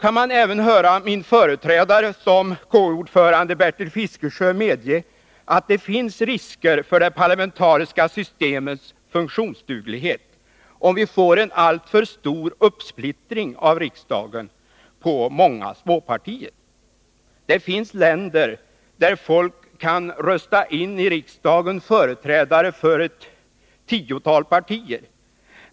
Man kan även höra min företrädare som KU-ordförande, Bertil Fiskesjö, medge att det finns risker för det parlamentariska systemets funktionsduglighet, om vi får en alltför stor uppsplittring av riksdagen på många småpartier. Det finns länder där folk kan rösta in i riksdagen företrädare för ett tiotal partier.